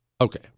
Okay